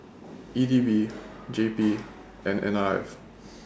E D B J P and N R F